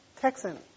Texan